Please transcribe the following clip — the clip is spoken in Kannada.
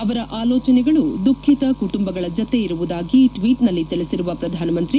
ಅವರ ಆಲೋಚನೆಗಳು ದುಃಖಿತ ಕುಟುಂಬಗಳ ಜತೆ ಇರುವುದಾಗಿ ಟ್ವೀಟ್ನಲ್ಲಿ ತಿಳಿಸಿರುವ ಪ್ರಧಾನಮಂತ್ರಿ